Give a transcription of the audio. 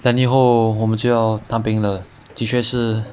两年后我们就要当兵了的确是